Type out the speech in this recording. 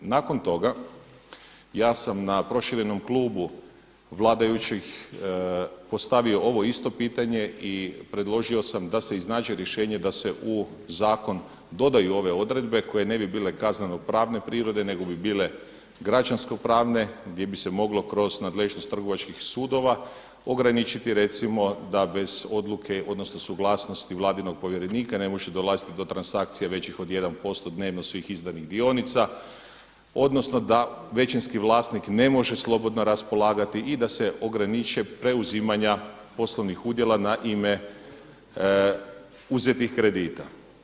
Nakon toga ja sam na proširenom klubu vladajućih postavio ovo isto pitanje i predložio sam da se iznađe rješenje da se u zakon dodaju ove odredbe koje ne bile kazneno pravne prirode nego bi bile građansko pravne gdje bi se moglo kroz nadležnost trgovačkih sudova ograničiti recimo da bez oluke odnosno suglasnosti vladinog povjerenika ne može dolaziti do transakcija većih od 1% dnevno svih izdanih dionica, odnosno da većinski vlasnik ne može slobodno raspolagati i da se ograniče preuzimanja poslovnih udjela na ime uzetih kredita.